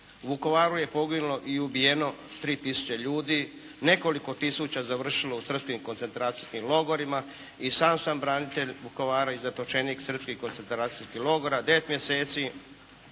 Vukovaru je poginulo i ubijeno 3 tisuće ljudi, nekoliko tisuća završilo u srpskim koncentracijskim logorima i sam sam branitelj Vukovara i zatočenik srpskih koncentracijskih logora, devet mjeseci